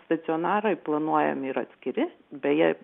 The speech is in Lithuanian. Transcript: stacionarai planuojami ir atskiri beje